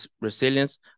resilience